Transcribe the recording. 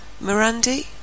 Mirandy